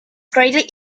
greatly